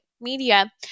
media